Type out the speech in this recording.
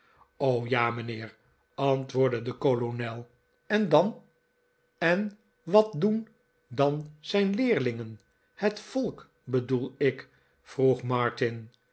ja mijnheer antwoordde de kolonel nu en dan en wat doen dan zijn leerlingen het volk bedoel ik vroeg martin